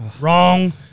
Wrong